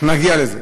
זה נכון, נגיע לזה.